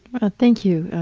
but thank you.